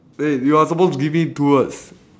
eh you are suppose to give me two words